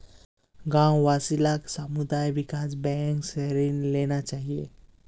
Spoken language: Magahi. गांव वासि लाक सामुदायिक विकास बैंक स ऋण लेना चाहिए